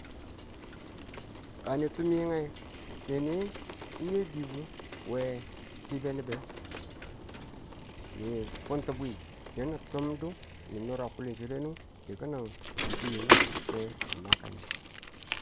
Ka ni tumi yinge neni nwe di̱bwi we tibe nubu nge, ni fun ti̱bwi ke nu tunbu ni nura kulungu chire nge ng ti ki̱ning ki̱fwiye ke a makani.